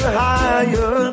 higher